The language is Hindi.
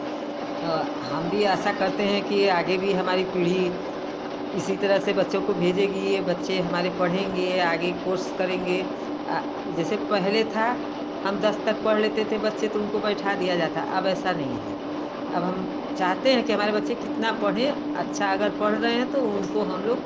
हम भी ऐसा करते हैं कि आगे भी हमारी पीढ़ी इसी तरह से बच्चों को भेजेगी यह बच्चे हमारे पढ़ेंगे आगे कोर्स करेंगे जैसे पहले था हम दस तक पढ़ लेते थे बच्चे उनको बैठा दिया जाता अब ऐसा नहीं है अब हम चाहते हैं कि हमारे बच्चे कितना पढ़े अच्छा अगर पढ़ रहे हैं तो उनको हम लोग